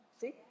see